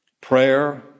prayer